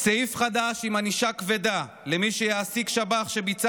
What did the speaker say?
סעיף חדש עם ענישה כבדה למי שיעסיק שב"ח שביצע